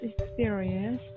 experience